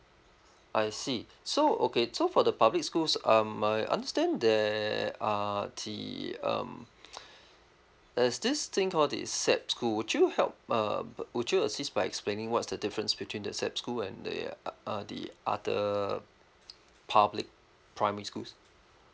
I see so okay so for the public schools um I understand there are the um there's this thing call this SAP school would you help uh would you assist by explaining what's the difference between the SAP school and the uh uh the other public primary schools